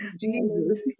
Jesus